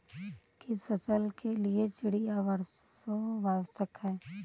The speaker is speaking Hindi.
किस फसल के लिए चिड़िया वर्षा आवश्यक है?